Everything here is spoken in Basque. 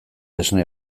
esne